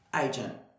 Agent